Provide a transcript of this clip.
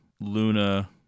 Luna